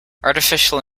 artificial